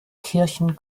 kirchen